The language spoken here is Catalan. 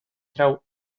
trau